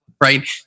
right